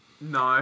No